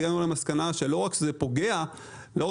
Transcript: והגענו למסקנה שלא רק שזה לא פוגע בזכויות,